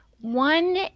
One